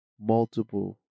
multiple